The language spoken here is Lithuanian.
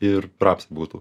ir rapsai būtų